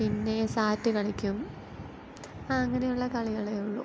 പിന്നെ സാറ്റ് കളിക്കും അങ്ങനെയുള്ള കളികളെ ഉള്ളൂ